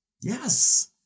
Yes